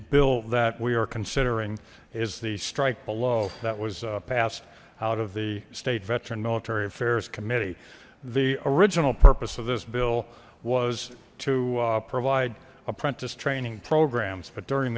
bill that we are considering is the strike below that was passed out of the state veteran military affairs committee the original purpose of this bill was to provide apprentice training programs but during